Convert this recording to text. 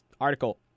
article